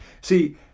See